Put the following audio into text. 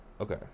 Okay